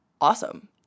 awesome